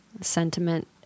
sentiment